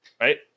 right